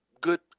good